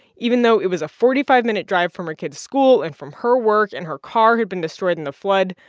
even though it was a forty five minute drive from her kids' school and from her work, and her car had been destroyed in the flood,